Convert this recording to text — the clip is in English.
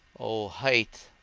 o height,